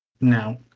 Now